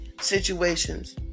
situations